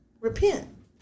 Repent